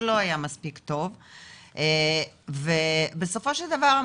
זה לא היה מספיק טוב ובסופו של דבר,